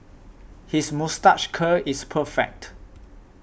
his moustache curl is perfect